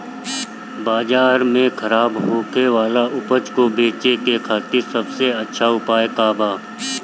बाजार में खराब होखे वाला उपज को बेचे के खातिर सबसे अच्छा उपाय का बा?